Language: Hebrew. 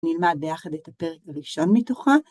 נלמד ביחד את הפרק הראשון מתוכה.